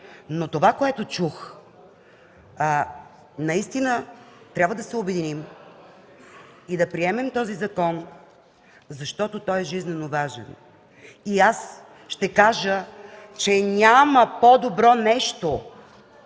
Това, което чух – наистина трябва да се обединим и да приемем този закон, защото той е жизнено важен. Ще кажа, че няма по-добро нещо